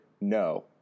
no